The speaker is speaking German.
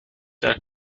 der